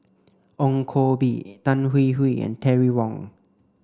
Ong Koh Bee Tan Hwee Hwee and Terry Wong